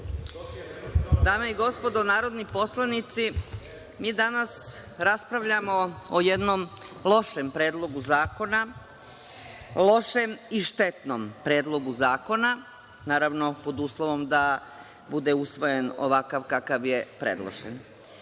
Dame i gospodo narodni poslanici, mi danas raspravljamo o jednom lošem predlogu zakona. Lošem i štetnom predlogu zakona, naravno pod uslovom da bude usvojen ovako kakav je predložen.Zašto